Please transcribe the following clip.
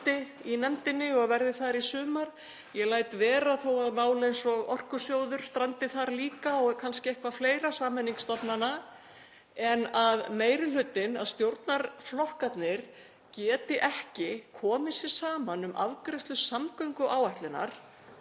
strandi í nefndinni og verði þar í sumar. Ég læt vera þó að mál eins og Orkusjóður strandi þar líka og kannski eitthvað fleira, sameining stofnana. En að meiri hlutinn, að stjórnarflokkarnir geta ekki komið sér saman um afgreiðslu samgönguáætlunar